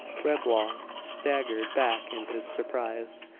reblong staggered back in his surprise,